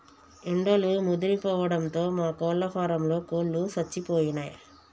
ఎండలు ముదిరిపోవడంతో మా కోళ్ళ ఫారంలో కోళ్ళు సచ్చిపోయినయ్